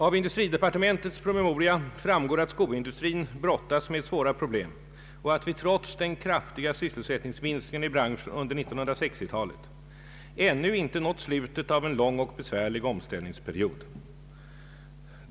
Av industridepartementets promemoria framgår att skoindustrin brottas med svåra problem och att vi trots den kraftiga sysselsättningsminskningen i branschen under 1960-talet ännu inte nått slutet av en lång och besvärlig omställningsperiod.